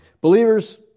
Believers